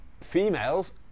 females